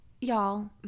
y'all